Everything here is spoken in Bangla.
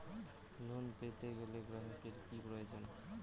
লোন পেতে গেলে গ্রাহকের কি প্রয়োজন?